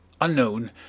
unknown